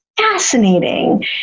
fascinating